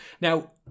Now